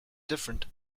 different